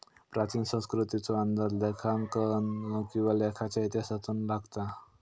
प्राचीन संस्कृतीचो अंदाज लेखांकन किंवा लेखाच्या इतिहासातून लागता